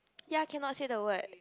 ya cannot say the word